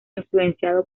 influenciado